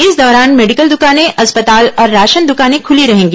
इस दौरान मेडिकल दुकानें अस्पताल और राशन दुकानें खुली रहेंगी